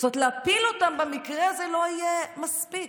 להפיל אותם במקרה הזה לא יהיה מספיק.